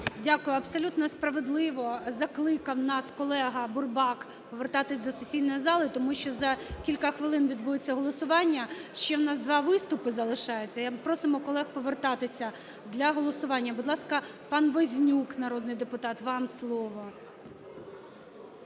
Дякую. Абсолютно справедливо закликав нас колега Бурбак повертатись до сесійної зали, тому що за кілька хвилин відбудеться голосування, ще у нас два виступи залишається. Просимо колег повертатися для голосування. Будь ласка, пан Вознюк, народний депутат, вам слово.